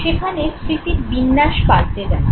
সেখানে স্মৃতির বিন্যাস পাল্টে যাচ্ছে